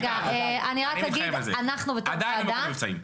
הייתה אני מתחייב על זה, עדיין במוקד מבצעים.